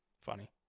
Funny